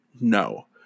no